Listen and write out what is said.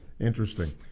Interesting